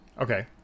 Okay